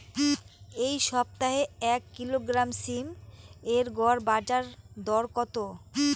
এই সপ্তাহে এক কিলোগ্রাম সীম এর গড় বাজার দর কত?